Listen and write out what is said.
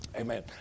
Amen